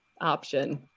option